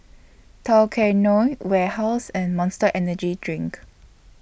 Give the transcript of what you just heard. Tao Kae Noi Warehouse and Monster Energy Drink